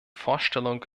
vorstellung